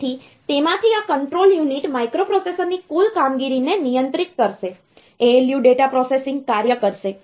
તેથી તેમાંથી આ કંટ્રોલ યુનિટ માઇક્રોપ્રોસેસરની કુલ કામગીરીને નિયંત્રિત કરશે ALU ડેટા પ્રોસેસિંગ કાર્ય કરશે